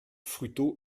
fruteau